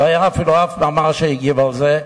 לא היה אפילו מאמר אחד שהגיב על זה.